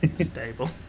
Stable